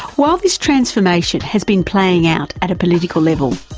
while this transformation has been playing out at a political level,